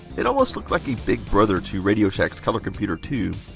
it almost looked like a big brother to radioshack's color computer two.